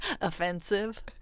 Offensive